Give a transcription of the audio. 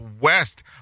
West